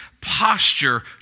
posture